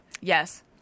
Yes